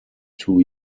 two